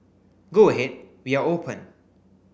go ahead we are open